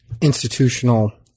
institutional